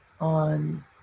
on